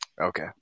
Okay